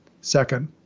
second